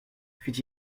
fit